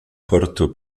porto